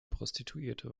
prostituierte